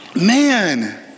Man